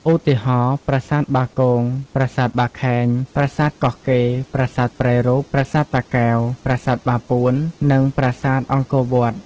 ឧទាហរណ៍៖ ប្រាសាទបាគង ប្រាសាទបាខែង ប្រាសាទកោះកេរ ប្រាសាទប្រែរូប ប្រាសាទតាកែវ ប្រាសាទបាពួន និងប្រាសាទអង្គរវត្ត។